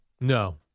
No